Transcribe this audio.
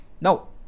No